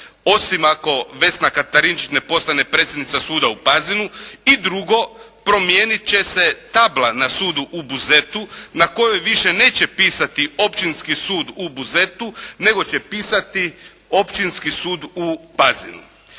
osim ako Vesna Katarinčić ne postane predsjednica suda u Pazinu. I drugo promijenit će se tabla na sudu u Buzetu na kojoj više neće pisati Općinski sud u Buzetu, nego će pisati Općinski sud u Pazinu.